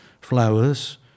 flowers